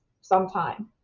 sometime